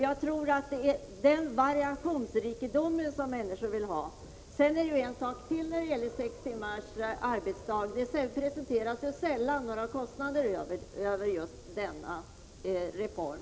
Jag tror att människor vill ha möjlighet till denna variation. En annan sak när det gäller sex timmars arbetsdag: det presenteras sällan några kostnader för denna reform.